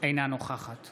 אינה נוכחת